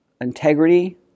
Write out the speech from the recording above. integrity